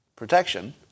protection